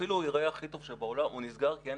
אפילו ייראה הכי טוב בעולם הוא נסגר כי אין